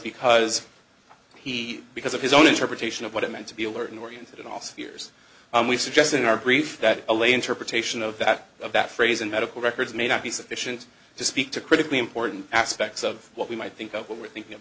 because he because of his own interpretation of what it meant to be alerting oriented in the last years we suggested in our brief that a lay interpretation of that of that phrase in medical records may not be sufficient to speak to critically important aspects of what we might think of what we're thinking of